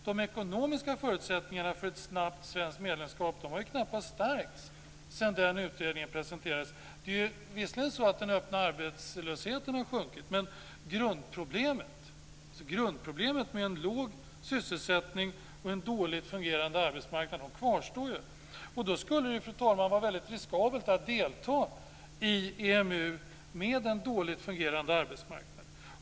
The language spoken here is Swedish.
De ekonomiska förutsättningarna för ett snabbt svenskt medlemskap har knappast stärkts sedan den utredningen presenterades. Det är visserligen så att den öppna arbetslösheten har sjunkit, men grundproblemet med en låg sysselsättning och dåligt fungerande arbetsmarknad kvarstår. Det skulle, fru talman, vara väldigt riskabelt att delta i EMU med en dåligt fungerande arbetsmarknad.